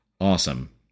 awesome